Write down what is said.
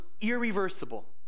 irreversible